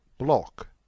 block